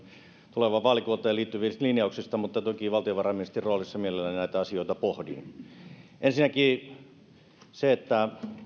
tulevaan vaalivuoteen liittyvistä linjauksista mutta toki valtiovarainministerin roolissa mielelläni näitä asioita pohdin ensinnäkin se että